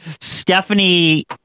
Stephanie